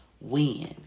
win